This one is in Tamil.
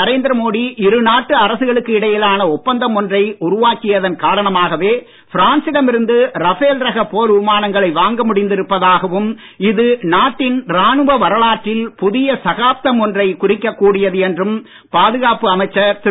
நரேந்திர மோடி இரு நாட்டு அரசுகளுக்கு இடையிலான ஒப்பந்தம் ஒன்றை உருவாக்கியதன் காரணமாகவே பிரான்சிடம் இருந்து ரஃபேல் ரக போர் விமானங்களை வாங்க முடிந்திருப்பதாகவும் இது நாட்டின் ராணுவ வரலாற்றில் புதிய சகாப்தம் ஒன்றை குறிக்க கூடியது என்றும் பாதுகாப்பு அமைச்சர் திரு